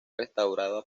restaurado